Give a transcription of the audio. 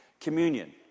communion